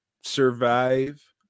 survive